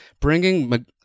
bringing